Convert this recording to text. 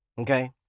Okay